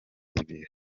ibiri